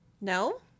No